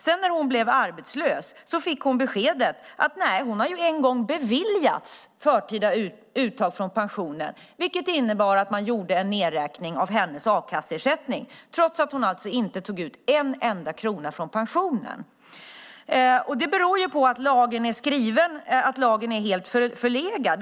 När hon sedan blev arbetslös fick hon beskedet att eftersom hon en gång beviljats förtida uttag från pensionen gjordes en nedräkning av hennes a-kasseersättning, trots att hon alltså inte tog ut en enda krona från pensionen. Det beror på att lagen är helt förlegad.